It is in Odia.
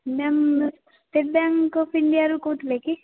ମ୍ୟାମ୍ ଷ୍ଟେଟ ବ୍ୟାଙ୍କ ଅଫ ଇଣ୍ଡିଆରୁ କହୁଥିଲେ କି